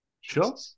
Sure